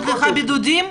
היא נותנת לך מספר בידודים?